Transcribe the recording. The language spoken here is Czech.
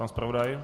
Pana zpravodaje?